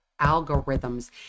algorithms